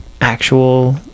actual